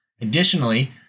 Additionally